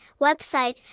website